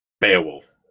Beowulf